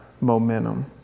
momentum